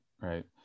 right